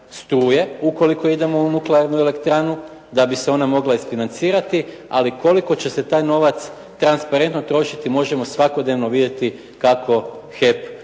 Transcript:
struje ukoliko idemo u nuklearnu elektranu da bi se ona mogla isfinancirati ali koliko će se taj novac transparentno trošiti možemo svakodnevno vidjeti kako HEP